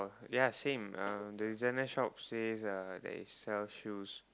ya same uh the designer shop says uh that it sells shoes